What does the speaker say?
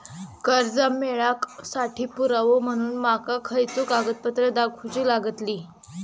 कर्जा मेळाक साठी पुरावो म्हणून माका खयचो कागदपत्र दाखवुची लागतली?